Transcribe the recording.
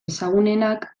ezagunenak